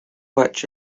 which